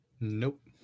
Nope